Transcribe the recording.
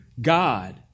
God